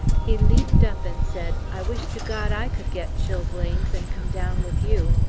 he leaped up and said, i wish to god i could get chilblains and come down with you.